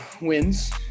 wins